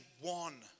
one